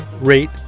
rate